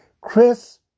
Chris